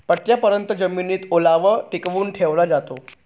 पट्टयापर्यत जमिनीत ओलावा टिकवून ठेवला जातो